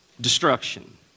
Destruction